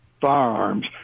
firearms